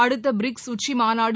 அடுத்த பிரிக்ஸ் உச்சி மாநாடு